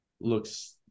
looks